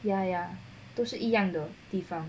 ya ya 都是一样的地方